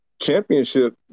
championship